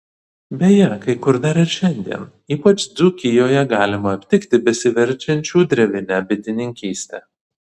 beje kai kur dar ir šiandien ypač dzūkijoje galima aptikti besiverčiančių drevine bitininkyste